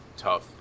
tough